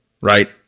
right